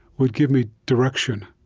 would give me direction,